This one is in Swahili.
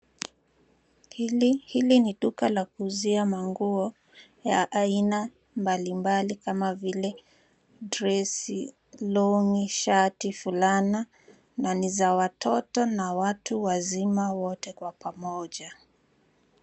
Hili ni duka la kuuzia manguo ya aina mbalimbali kama vile dress , long'i, shati, fulana na ni za watoto na watu wazima wote kwa pamoja.